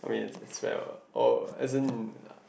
I mean it's it's fair [what] oh as in